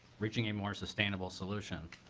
reaching a more sustainable solution.